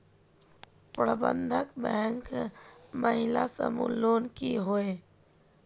प्रबंधन बैंक महिला समूह लोन की होय?